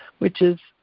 which is,